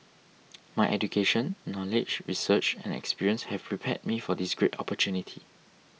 my education knowledge research and experience have prepared me for this great opportunity